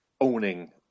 owning